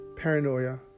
Paranoia